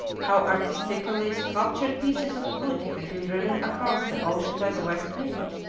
how artistically sculptured pieces of wood had been driven across the ocean by the west wind,